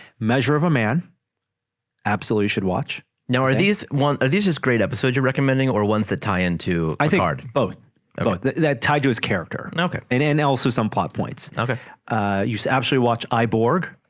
measure of a man absolutely should watch now are these one are these just great episode you're recommending or ones that tie into i think art both that tied to his character and okay and and also some plot points okay you should actually watch eyeborg